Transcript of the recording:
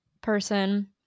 person